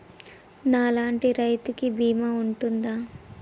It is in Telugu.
నా లాంటి రైతు కి బీమా ఉంటుందా?